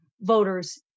voters